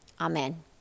Amen